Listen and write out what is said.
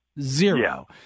Zero